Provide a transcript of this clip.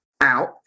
out